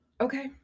Okay